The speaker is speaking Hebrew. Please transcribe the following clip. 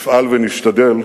נפעל ונשתדל